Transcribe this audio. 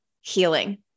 healing